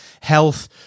health